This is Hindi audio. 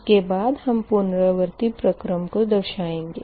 उसके बाद हम पुनरावर्ती प्रक्रम को दर्शाएँगे